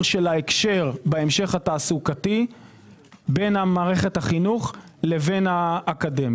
של ההקשר בהמשך התעסוקתי בין מערכת החינוך לאקדמיה.